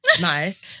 nice